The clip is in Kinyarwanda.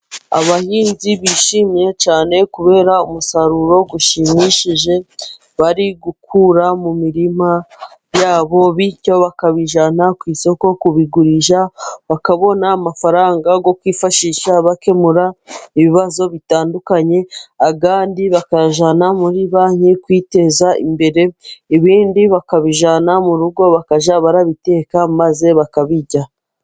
Abahinzi bishimye cyane kubera umusaruro ushimishije bari gukura mu mirima yabo, bityo bakabijyana ku isoko, kubigurisha bakabona amafaranga yo kwifashisha bakemura ibibazo bitandukanye, ayandi bakayajyana muri banki kwiteza imbere, ibindi bakabijana mu rugo bakajya barabiteka maze bakabijya.